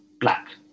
black